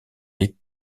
les